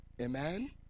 Amen